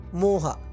moha